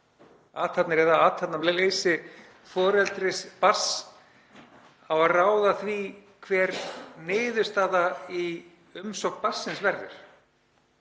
Athafnir eða athafnaleysi foreldris barns á að ráða því hver niðurstaða í umsókn barnsins verður.